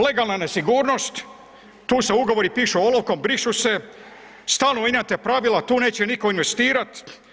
Legalna nesigurnost, tu se ugovori pišu olovkom, brišu se, stalno mijenjate pravila tu neće niko investirat.